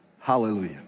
hallelujah